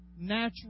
natural